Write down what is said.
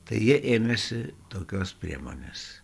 tai jie ėmėsi tokios priemonės